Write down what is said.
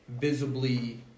visibly